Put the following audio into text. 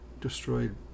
destroyed